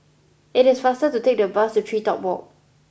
it is faster to take the bus to TreeTop Walk